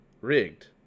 rigged